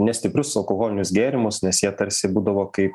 nestiprius alkoholinius gėrimus nes jie tarsi būdavo kaip